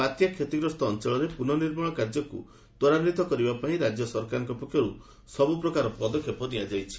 ବାତ୍ୟା କ୍ଷତିଗ୍ରସ୍ତ ଅଞ୍ଚଳରେ ପ୍ରନଃ ନିର୍ମାଣ କାର୍ଯ୍ୟକୁ ତ୍ୱରାନ୍ୱିତ କରିବା ପାଇଁ ରାଜ୍ୟ ସରକାରଙ୍କ ପକ୍ଷରୁ ସବୁ ପ୍ରକାର ପଦକ୍ଷେପ ନିଆଯାଇଛି